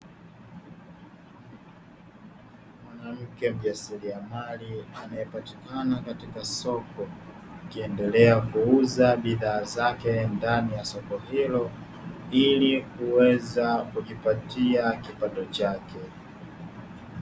Mwanamke mjasiriamali anayepatikana katika soko, akiendelea kuuza bidhaa zake ndani ya soko hilo ili kuweza kujipatia kipato chake.